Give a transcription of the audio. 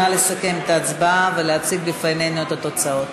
נא לסכם את ההצבעה ולהציג בפנינו את התוצאות.